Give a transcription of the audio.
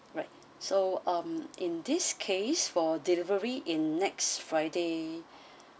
right so um in this case for delivery in next friday